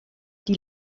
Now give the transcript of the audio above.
die